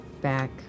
back